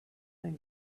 man